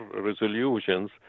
resolutions